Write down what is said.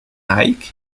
nike